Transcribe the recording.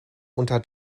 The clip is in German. unter